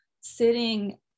sitting